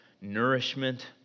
nourishment